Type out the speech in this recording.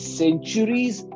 centuries